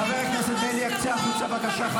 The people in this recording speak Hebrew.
חבר הכנסת בליאק, צא החוצה, בבקשה.